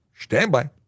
standby